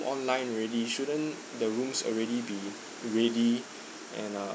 online already shoudn't the rooms already be ready and uh